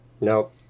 Nope